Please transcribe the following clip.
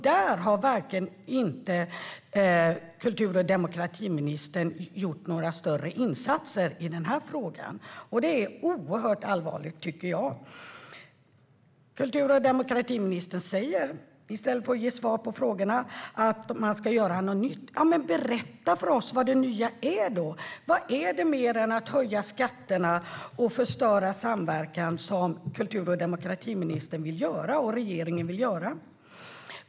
Där har kultur och demokratiministern verkligen inte gjort några större insatser när det gäller den här frågan. Och det är oerhört allvarligt. I stället för att svara på frågorna säger kultur och demokratiministern att man ska göra någonting nytt. Ja, men berätta då för oss vad det nya är! Vad är det mer än att kultur och demokratiministern och regeringen vill höja skatterna och förstöra den samverkan som finns?